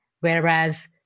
Whereas